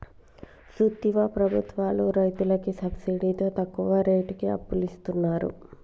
సూత్తివా ప్రభుత్వాలు రైతులకి సబ్సిడితో తక్కువ రేటుకి అప్పులిస్తున్నరు